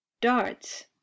darts